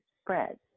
spreads